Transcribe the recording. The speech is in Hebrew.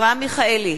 אברהם מיכאלי,